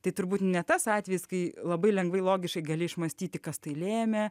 tai turbūt ne tas atvejis kai labai lengvai logiškai gali išmąstyti kas tai lėmė